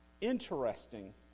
interesting